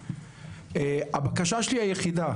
הבקשה שלי היחידה,